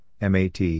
MAT